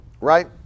Right